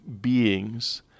beings